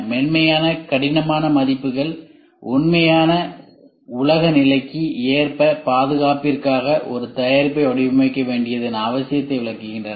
மென்மையான கடின மதிப்புரைகள் உண்மையான உலக நிலைக்கு ஏற்ப பாதுகாப்பிற்காக ஒரு தயாரிப்பை வடிவமைக்க வேண்டியதன் அவசியத்தை விளக்குகின்றன